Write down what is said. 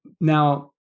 Now